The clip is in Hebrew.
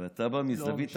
אבל אתה בא מזווית אחרת.